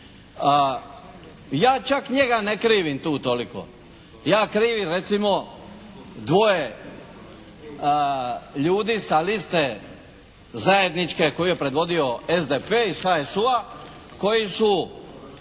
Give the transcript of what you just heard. Ja čak njega ne krivim tu toliko. Ja krivim recimo dvoje ljudi sa liste zajedničke koju je predvodio SDP, iz HSU-a koji su